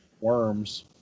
worms